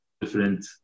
different